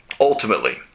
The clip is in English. ultimately